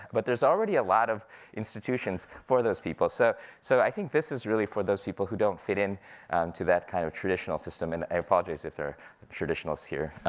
but there's already a lot of institutions for those people. so so i think this is really for those people who don't fit in to that kind of traditional system. and i apologize if there are traditionalists here.